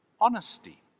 honesty